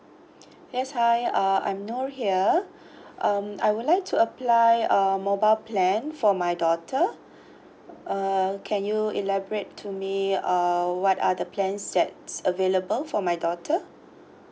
yes hi uh I'm nor here um I would like to apply a mobile plan for my daughter uh can you elaborate to me uh what are the plans that's available for my daughter